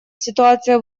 ситуация